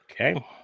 Okay